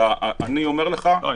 אבל אני אומר לך --- לא,